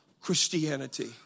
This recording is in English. Christianity